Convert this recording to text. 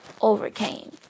overcame